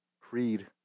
Creed